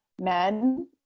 men